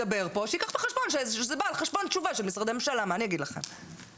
תיארתם את זה בצורה מאוד מדוייקת ומאוד חריפה ואני חייבת להגיד שבשטח